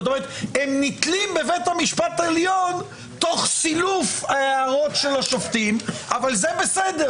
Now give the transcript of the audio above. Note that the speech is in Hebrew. הם נתלים בבית המשפט העליון תוך סילוף הערות השופטים אבל זה בסדר.